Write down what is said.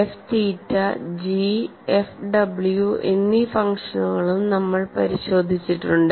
F theta g f ഡബ്ല്യു എന്നീ ഫംഗ്ഷനുകളും നമ്മൾ പരിശോധിച്ചിട്ടുണ്ട്